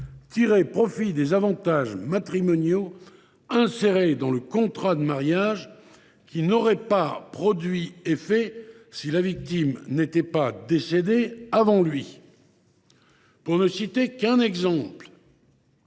tirer profit des avantages matrimoniaux insérés dans le contrat de mariage qui n’auraient pas produit effet si la victime n’était pas décédée avant lui. Pour ne citer qu’un exemple,